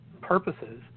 purposes